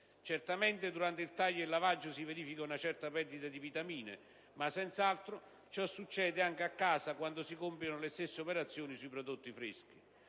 Certamente, durante il taglio e il lavaggio si verifica una certa perdita di vitamine, ma senz'altro ciò succede anche a casa quando si compiono le stesse operazioni sui prodotti freschi.